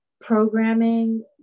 programming